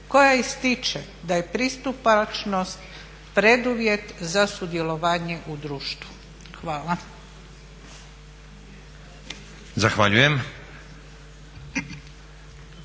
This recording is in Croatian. koja ističe da je pristupačnost preduvjet za sudjelovanje u društvu. Hvala. **Stazić,